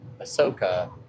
Ahsoka